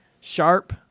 sharp